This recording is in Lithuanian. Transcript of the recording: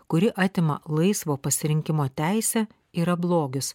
kuri atima laisvo pasirinkimo teisę yra blogis